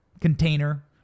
container